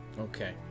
Okay